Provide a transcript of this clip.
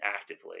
actively